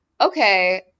okay